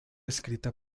escrita